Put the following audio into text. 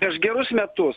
prieš gerus metus